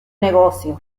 negocio